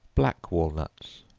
black walnuts.